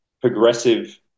progressive